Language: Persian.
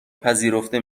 پذیرفته